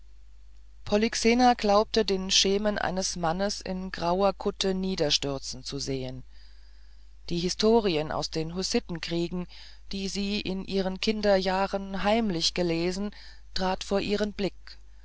polyxena glaubte den schemen eines mannes in grauer kutte niederstürzen zu sehen die historien aus den hussitenkriegen die sie in ihren kinderjahren heimlich gelesen traten vor ihren blick